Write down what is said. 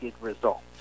results